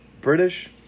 British